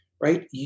Right